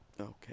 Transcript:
Okay